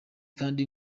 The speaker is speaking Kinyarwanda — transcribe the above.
kandi